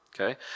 okay